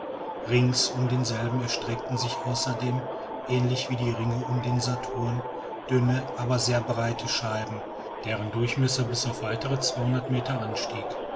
rings um denselben erstreckten sich außerdem ähnlich wie die ringe um den saturn dünne aber sehr breite scheiben deren durchmesser bis auf weitere zweihundert meter anstieg